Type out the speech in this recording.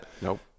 nope